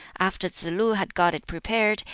after tsz-lu had got it prepared,